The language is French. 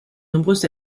nombreuses